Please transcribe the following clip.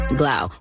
glow